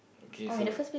okay so